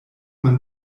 man